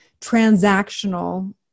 transactional